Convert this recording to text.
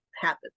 happen